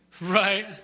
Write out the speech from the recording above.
right